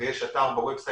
ויש אתר בווב-סייט,